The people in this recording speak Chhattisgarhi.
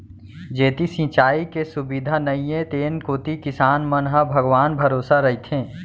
जेती सिंचाई के सुबिधा नइये तेन कोती किसान मन ह भगवान भरोसा रइथें